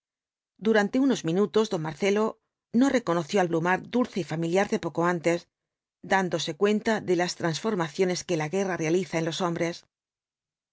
durante unos minutos don marcelo no reconoció v blasco ibáñbz al blumhardt dulce y familiar de poco antes dándose cuenta de las transformaciones que la guerra realiza en los hombres